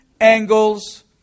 angles